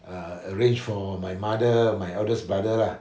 uh arranged for my mother my eldest brother lah